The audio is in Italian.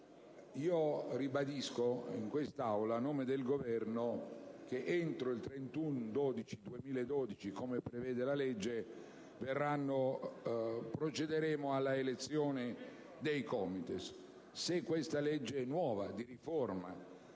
Ribadisco in quest'Aula, a nome del Governo, che entro il 31 dicembre 2012, come prevede la legge, procederemo all'elezione dei COMITES. Se questa legge nuova di riforma,